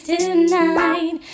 Tonight